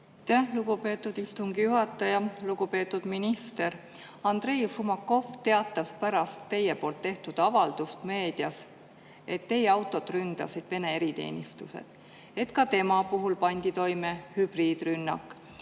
lugupeetud istungi juhataja! Lugupeetud minister! Andrei Šumakov teatas pärast teie tehtud avaldust meedias, et teie autot ründas Vene eriteenistus, et ka tema suhtes pandi toime hübriidrünnak.